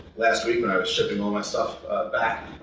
last week when i was shipping all my stuff back,